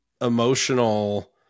emotional